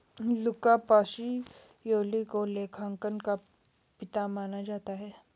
लुका Pacioli को लेखांकन का पिता माना जाता है